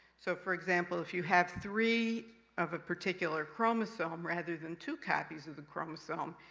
so, for example, if you have three of a particular chromosome, rather than two copies of the chromosome,